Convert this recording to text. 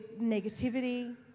negativity